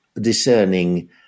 discerning